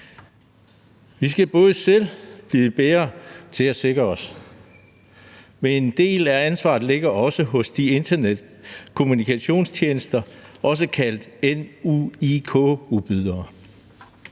Vi skal selv blive bedre til at sikre os, men en del af ansvaret ligger også hos de internetbaserede kommunikationstjenester, også kaldet udbydere